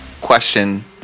question